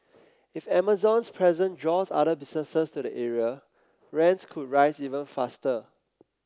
if Amazon's presence draws other businesses to the area rents could rise even faster